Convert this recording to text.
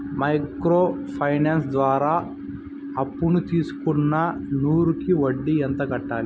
Micro finance ద్వారా అప్పును తీసుకున్న నూరు కి వడ్డీ ఎంత కట్టాలి?